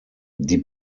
die